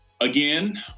again